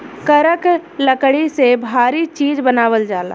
करक लकड़ी से भारी चीज़ बनावल जाला